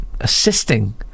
assisting